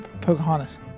Pocahontas